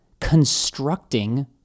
constructing